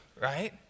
right